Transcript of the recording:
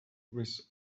with